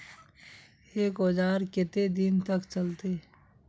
एक औजार केते दिन तक चलते?